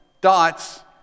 dots